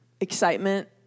excitement